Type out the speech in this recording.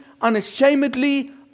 unashamedly